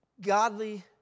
godly